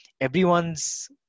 everyone's